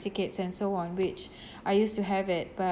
tickets and so on which I used to have it but